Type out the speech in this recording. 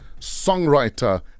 songwriter